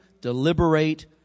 deliberate